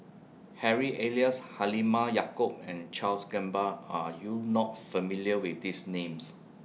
Harry Elias Halimah Yacob and Charles Gamba Are YOU not familiar with These Names